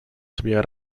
sobie